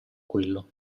quello